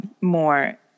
more